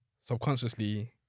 subconsciously